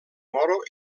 moro